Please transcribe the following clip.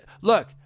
Look